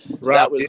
right